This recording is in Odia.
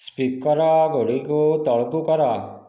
ସ୍ପିକର ଗୁଡ଼ିକୁ ତଳକୁ କର